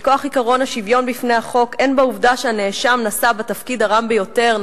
מכוח עקרון השוויון בפני החוק אין בעובדה שהנאשם נשא בתפקיד הרם ביותר,